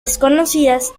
desconocidas